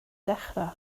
dechrau